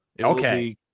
Okay